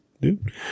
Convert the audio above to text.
dude